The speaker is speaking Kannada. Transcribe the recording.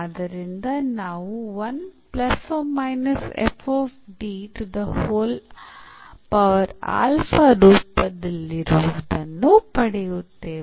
ಆದ್ದರಿಂದ ನಾವು ರೂಪದಲ್ಲಿರುವುದನ್ನು ಪಡೆಯುತ್ತೇವೆ